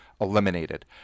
eliminated